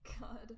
god